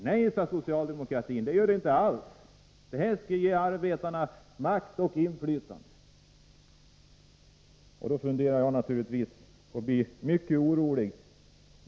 Nej, sade socialdemokratin, det gör det inte alls — detta skall ge arbetarna makt och inflytande. Jag blir naturligtvis mycket orolig över vad som här sker.